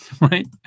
right